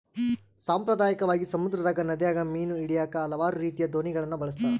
ಸಾಂಪ್ರದಾಯಿಕವಾಗಿ, ಸಮುದ್ರದಗ, ನದಿಗ ಮೀನು ಹಿಡಿಯಾಕ ಹಲವಾರು ರೀತಿಯ ದೋಣಿಗಳನ್ನ ಬಳಸ್ತಾರ